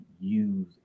use